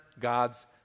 God's